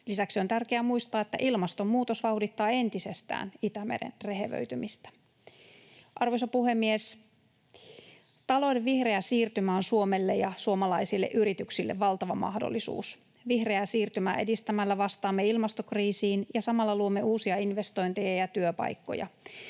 Lisäksi on tärkeää muistaa, että ilmastonmuutos vauhdittaa entisestään Itämeren rehevöitymistä. Arvoisa puhemies! Talouden vihreä siirtymä on Suomelle ja suomalaisille yrityksille valtava mahdollisuus. Vihreää siirtymää edistämällä vastaamme ilmastokriisiin ja samalla luomme uusia investointeja ja työpaikkoja.